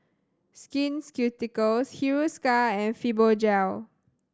Skin Ceuticals Hiruscar and Fibogel